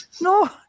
No